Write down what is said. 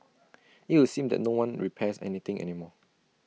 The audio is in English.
IT would seem that no one repairs any thing any more